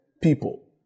people